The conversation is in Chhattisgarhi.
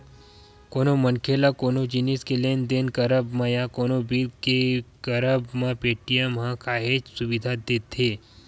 कोनो मनखे ल कोनो जिनिस के लेन देन करब म या कोनो बिल पे करब म पेटीएम ह काहेच सुबिधा देवथे